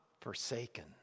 forsaken